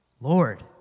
Lord